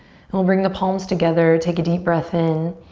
and we'll bring the palms together, take a deep breath in,